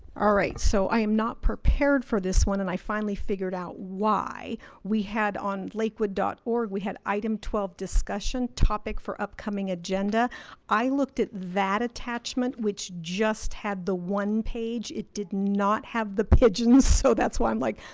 so i am not prepared for this one and i finally figured out why we had on lakewood or we had item twelve discussion topic for upcoming agenda i looked at that attachment which just had the one page. it did not have the pigeons so that's why i'm like,